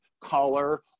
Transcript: color